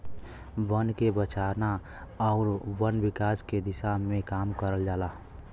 बन के बचाना आउर वन विकास के दिशा में काम करल जाला